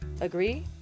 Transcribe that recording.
Agree